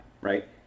right